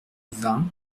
vingt